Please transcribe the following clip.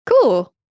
Cool